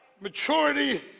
Maturity